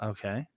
Okay